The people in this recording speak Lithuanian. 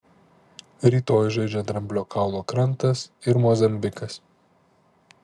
rytoj žaidžia dramblio kaulo krantas ir mozambikas